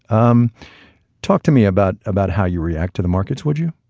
um talk to me about about how you react to the markets, would you?